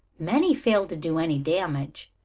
many failed to do any damage,